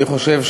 אני חושב,